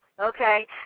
okay